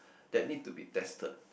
that need to be tested